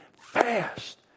fast